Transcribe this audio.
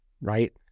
right